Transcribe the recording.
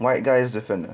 white guys different ah